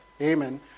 Amen